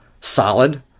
solid